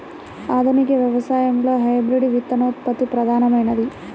ఆధునిక వ్యవసాయంలో హైబ్రిడ్ విత్తనోత్పత్తి ప్రధానమైనది